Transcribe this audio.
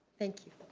thank you.